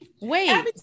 Wait